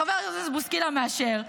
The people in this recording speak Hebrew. חבר הכנסת בוסקילה מאשר,